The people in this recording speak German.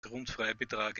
grundfreibetrag